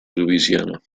louisiana